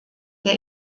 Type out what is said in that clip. der